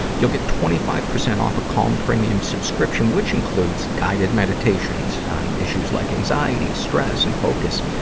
you'll get twenty five percent off a calm premium subscription, which include guided meditations on issues like anxiety, stress, and focus,